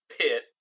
pit